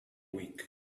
week